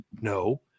No